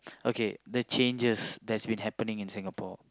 okay the changes that's been happening in Singapore